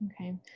Okay